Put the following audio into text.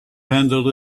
handled